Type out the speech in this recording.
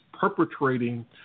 perpetrating